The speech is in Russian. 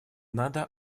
надо